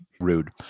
Rude